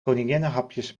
koninginnenhapjes